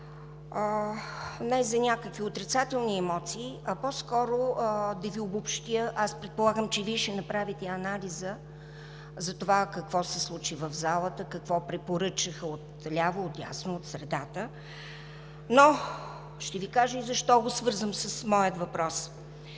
не за някакви отрицателни емоции, а по-скоро да Ви обобщя –предполагам, че и Вие ще направите анализ за това какво се случи в залата, какво препоръчаха отляво, отдясно, от средата, но ще Ви кажа защо го свързвам с моя въпрос.